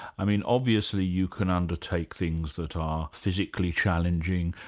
i mean, obviously you can undertake things that are physically challenging,